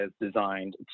designed